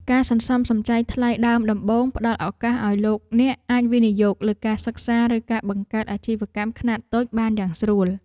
ការសន្សំសំចៃថ្លៃដើមដំបូងផ្ដល់ឱកាសឱ្យលោកអ្នកអាចវិនិយោគលើការសិក្សាឬការបង្កើតអាជីវកម្មខ្នាតតូចបានយ៉ាងស្រួល។